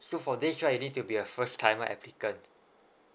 so for this right you need to be a first timer applicant